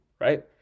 right